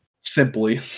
Simply